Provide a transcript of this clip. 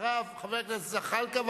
ואחריו חבר הכנסת זחאלקה,